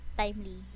timely